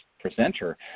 presenter